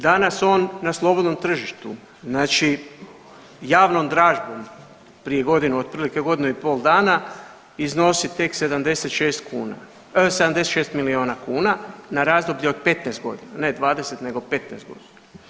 Danas on na slobodnom tržištu, znači javnom dražbom prije godinu, otprilike godinu i pol dana iznosi tek 76 kuna, 76 milijuna kuna na razdoblje od 15 godina, ne 20 nego 15 godina.